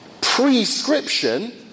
Prescription